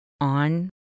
on